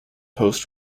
post